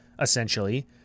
Essentially